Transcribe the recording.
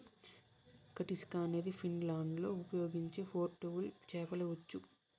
కటిస్కా అనేది ఫిన్లాండ్లో ఉపయోగించే పోర్టబుల్ చేపల ఉచ్చు